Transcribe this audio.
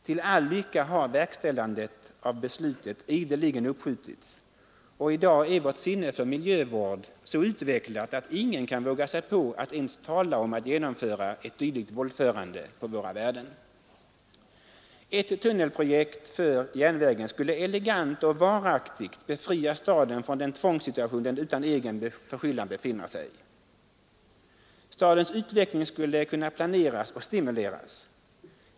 Till all lycka har verkställandet av beslutet ideligen uppskjutits, och i dag har vårt sinne för miljövård så utvecklats, att ingen kan våga sig på att ens tala om att genomföra ett dylikt våldförande på våra värden. Ett tunnelprojekt för järnvägen skulle elegant och varaktigt befria staden från den tvångssituation den befinner sig i. Stadens utveckling skulle kunna planeras ooch stimuleras.